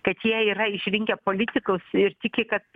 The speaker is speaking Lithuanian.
kad jie yra išrinkę politikus ir tiki kad